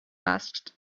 asked